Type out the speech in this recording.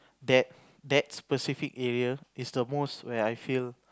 that that specific area is the most where I feel